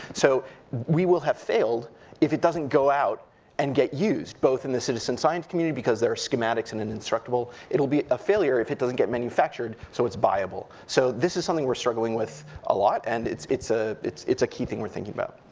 so we will have failed if it doesn't go out and get used, both in the citizen science community, because there are schematics in an instructable, it'll be a failure if it doesn't get manufactured so it's buyable. so this is something we're struggling with a lot, and it's it's ah a key thing we're thinking about.